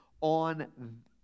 on